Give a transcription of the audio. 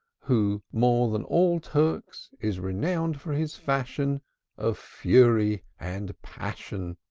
who, more than all turks, is renowned for his fashion of fury and passion.